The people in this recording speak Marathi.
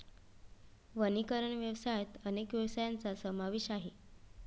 वनीकरण व्यवसायात अनेक व्यवसायांचा समावेश आहे